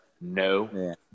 No